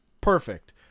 Perfect